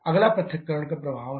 अगला पृथक्करण का प्रभाव है